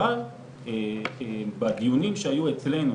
אבל בדיונים שהיו אצלנו,